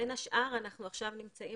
בין השאר, אנחנו עכשיו נמצאים